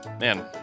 man